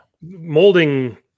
Molding